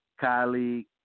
Colleague